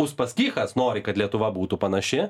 uspaskichas nori kad lietuva būtų panaši